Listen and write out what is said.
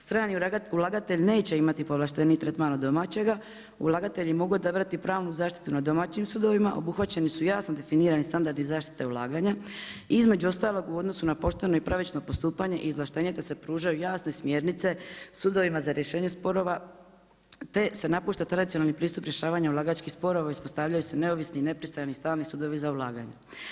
Strani ulagatelj, neće imati povlašteniji tretman od domaćega, ulagatelji mogu odabrati pravnu zaštitu na domaćem sudovima, obuhvaćeni su jasno definirani standardi zaštite ulaganja, između ostalog, u odnosu na pošteno i pravično postupanje i izvlaštenje da se pružaju jasne smjernice sudovima za rješenje sporova, te se napušta tradicionalni pristup rješavanja ulagačkih sporova i uspostavljaju se neovisni, nepristrani strani sudovi za ulaganje.